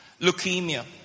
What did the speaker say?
leukemia